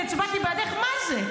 מה זה?